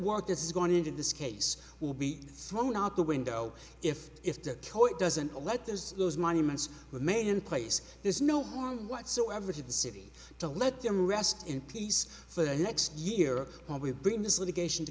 work this is going into this case will be thrown out the window if if the coach doesn't let those those monuments were made in place there's no harm whatsoever to the city to let them rest in peace for the next year while we bring this litigation to